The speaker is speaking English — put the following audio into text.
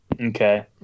okay